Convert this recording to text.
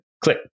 Click